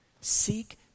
Seek